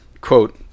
quote